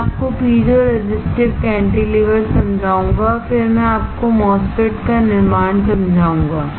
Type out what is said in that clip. मैं आपको piezo resistive cantilever समझाऊंगा और फिर मैं आपको MOSFETs निर्माण समझाऊंगा